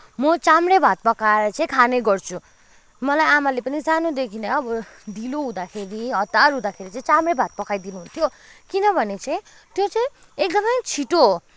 म चाम्रे भात पकाएर चाहिँ खाने गर्छु मलाई आमाले पनि सानैदेखि नै अब ढिलो हुँदाखेरि हतार हुँदाखेरि चाहिँ चाम्रे भात पकाइदिनु हुन्थ्यो किनभने चाहिँ त्यो चाहिँ एकदमै छिटो हो